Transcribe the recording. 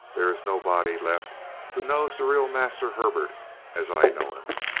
there is nobody left who knows the real master herbert as i know him.